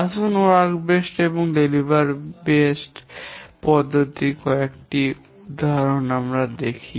আসুন কাজ ভিত্তিক এবং বিতরণযোগ্য ভিত্তিক পদ্ধতির কয়েকটি উদাহরণ দেখি